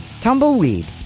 Tumbleweed